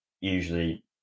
Usually